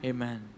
Amen